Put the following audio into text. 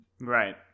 Right